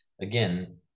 Again